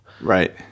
Right